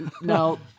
No